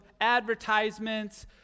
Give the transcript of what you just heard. advertisements